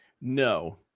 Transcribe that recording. No